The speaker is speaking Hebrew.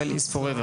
Israel Forever,